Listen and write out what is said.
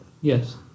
Yes